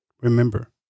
Remember